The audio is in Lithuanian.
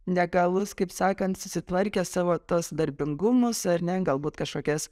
negalus kaip sakant susitvarkė savo tuos darbingumus ar ne galbūt kažkokias